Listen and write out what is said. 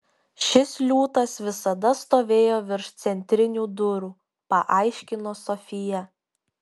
šis liūtas visada stovėjo virš centrinių durų paaiškino sofija